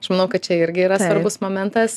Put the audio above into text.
aš manau kad čia irgi yra svarbus momentas